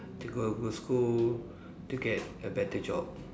to go a good school to get a better job